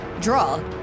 draw